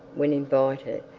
when invited,